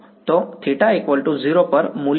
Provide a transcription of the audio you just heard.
તો θ 0 પર મૂલ્ય શું છે